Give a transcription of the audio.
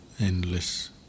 endless